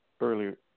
earlier